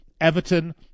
Everton